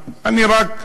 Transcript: אני רק,